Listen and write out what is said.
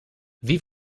wie